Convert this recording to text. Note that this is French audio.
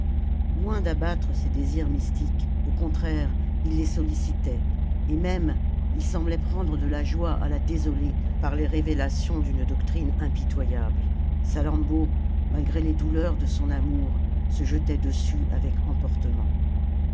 loin d'abattre ses désirs mystiques au contraire il les sollicitait et même il semblait prendre de la joie à la désoler par les révélations d'une doctrine impitoyable salammbô malgré les douleurs de son amour se jetait dessus avec emportement